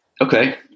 Okay